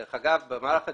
דרך אגב, במהלך הדיונים,